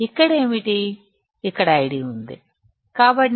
ఇప్పుడు ఈ సందర్భంలో నేను ఏమి చేస్తాను నేను x మరియు y ను గీస్తాను x y ప్లాట్ ఇలా